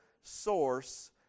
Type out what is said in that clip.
source